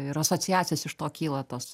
ir asociacijos iš to kyla tos